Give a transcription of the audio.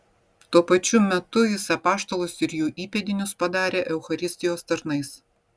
tuo pačiu metu jis apaštalus ir jų įpėdinius padarė eucharistijos tarnais